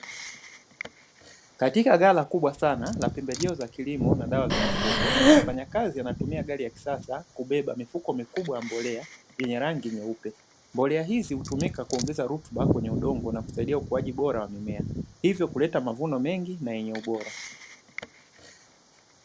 Katika ghala kubwa sana la pembejeo za kilimo na dawa za mifugo, mfanyakazi anatumia gari ya kisasa kubeba mifuko mikubwa ya mbolea yenye rangi nyeupe, mbolea hizi hutumika kuongeza rutuba kwenye udongo na kusaidia ukuaji bora wa mimea hivyo kuleta mavuno mengi na yenye ubora.